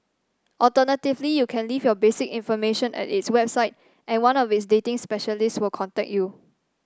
alternatively you can leave your basic information at its website and one of its dating specialists will contact you